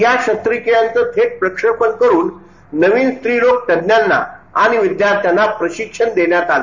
या शस्त्रक्रियांचं थेट प्रक्षेपण करुन नवीन स्त्रीरोग तज्ञांना आणि विद्यार्थ्यांना प्रशिक्षण देण्यात आलं